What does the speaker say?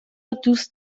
دوست